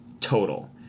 total